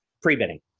pre-bidding